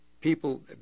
People